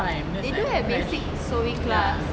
they do have basic sewing class